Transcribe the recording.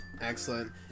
Excellent